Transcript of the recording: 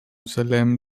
salem